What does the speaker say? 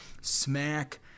Smack